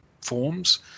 forms